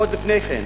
עוד לפני כן,